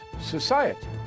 society